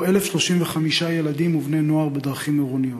1,035 ילדים ובני-נוער בדרכים עירוניות.